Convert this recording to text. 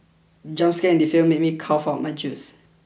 the jump scare in the film made me cough out my juice